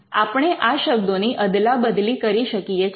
આપણે આ શબ્દોની અદલાબદલી કરી શકીએ છીએ